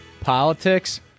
politics